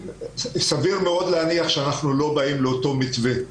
סביר מאוד להניח שאנחנו לא באים לאותו מתווה,